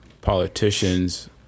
politicians